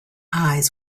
eyes